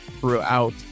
throughout